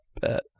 bet